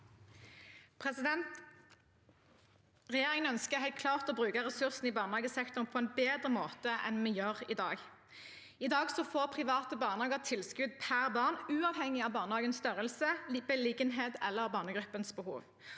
Regjerin- gen ønsker helt klart å bruke ressursene i barnehagesektoren på en bedre måte enn vi gjør i dag. I dag får private barnehager tilskudd per barn, uavhengig av barnehagens størrelse, beliggenhet eller barnegruppens behov.